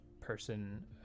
person